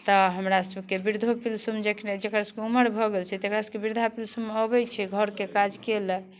तऽ हमरा सभके वृद्धो पेंशन जखने जकरा सभके उम्र भऽ गेल छै तेकरा सभके वृद्धा पेंशन अबै छै घरके काज केलनि